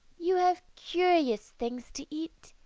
you have curious things to eat,